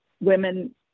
women